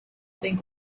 think